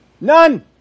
None